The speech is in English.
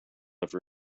ever